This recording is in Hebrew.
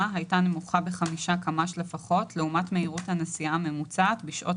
הייתה נמוכה ב־5 קמ"ש לפחות לעומת מהירות הנסיעה הממוצעת בשעות